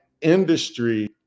industry